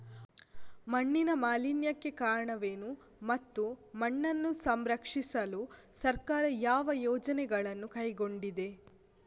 ಮಣ್ಣಿನ ಮಾಲಿನ್ಯಕ್ಕೆ ಕಾರಣವೇನು ಮತ್ತು ಮಣ್ಣನ್ನು ಸಂರಕ್ಷಿಸಲು ಸರ್ಕಾರ ಯಾವ ಯೋಜನೆಗಳನ್ನು ಕೈಗೊಂಡಿದೆ?